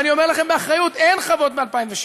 ואני אומר לכם באחריות: אין חוות ב-2007.